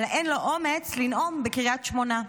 אבל אין לו אומץ לנאום בקריית שמונה.